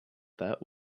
that